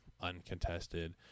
uncontested